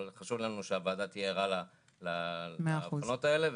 אבל חשוב לנו שהוועדה תהיה ערה להבחנות האלה.